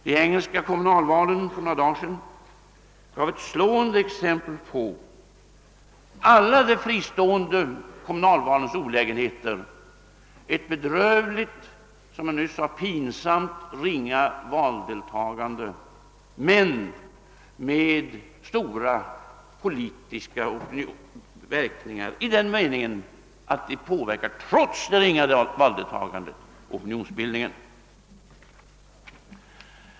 De engelska kommunalvalen för några dagar sedan gav ett slående exempel på alla de fristående kommunalvalens olägenheter: ett — som jag nyss sade — bedrövligt, pinsamt ringa valdeltagande men med stora politiska verkningar i den meningen att de, trots det ringa valdeltagandet, påverkar opinionsbildningen.